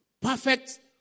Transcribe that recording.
Perfect